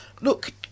Look